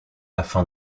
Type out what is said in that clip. afin